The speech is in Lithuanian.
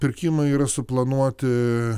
pirkimai yra suplanuoti